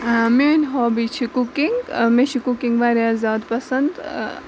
میٲنۍ ہوبی چھِ کُکِنگ مےٚ چھِ کُکنگ واریاہ زیادٕ پَسند